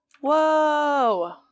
Whoa